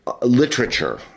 Literature